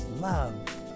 love